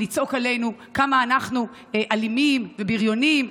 לצעוק עלינו כמה אנחנו אלימים ובריונים,